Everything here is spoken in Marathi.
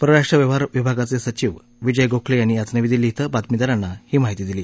परराष्ट्र व्यवहार विभागाचञिचिव विजय गोखलव्विंनी आज नवी दिल्ली शे बातमीदारांना ही माहिती दिली